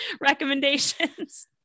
recommendations